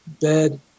bed